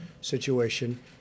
situation